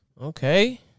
Okay